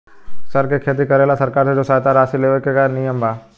सर के खेती करेला सरकार से जो सहायता राशि लेवे के का नियम बा?